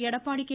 Edappadi K